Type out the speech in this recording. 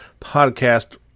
podcast